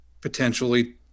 potentially